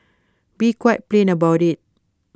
be quite plain about IT